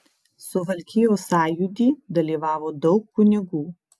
suvalkijos sąjūdy dalyvavo daug kunigų